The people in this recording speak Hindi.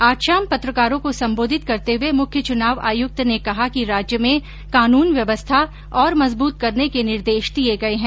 आज शाम पत्रकारों को संबोधित करते हुये मुख्य चुनाव आयुक्त ने कहा कि राज्य में कानून व्यवस्था और मजबूत करने के निर्देश दिये गये हैं